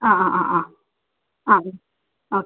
ആ ആ ആ